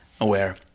aware